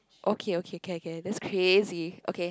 okay okay can can that's crazy okay